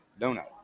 donut